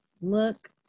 look